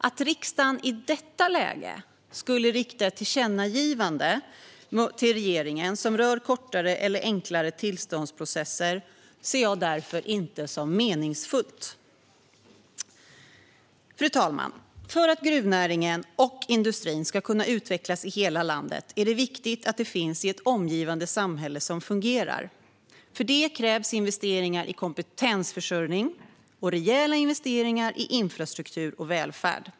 Att riksdagen i detta läge skulle rikta ett tillkännagivande till regeringen som rör kortare eller enklare tillståndsprocesser ser jag därför inte som meningsfullt. Fru talman! För att gruvnäringen och industrin ska kunna utvecklas i hela landet är det viktigt att det finns ett omgivande samhälle som fungerar. För det krävs investeringar i kompetensförsörjning och rejäla investeringar i infrastruktur och välfärd.